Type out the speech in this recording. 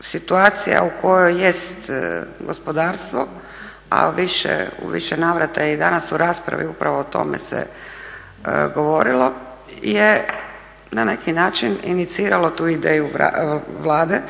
situacija u kojoj jest gospodarstvo, a u više navrata je i danas u raspravi upravo o tome se govorilo, je na neki način iniciralo tu ideju Vlade